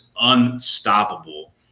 unstoppable